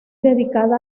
dedicada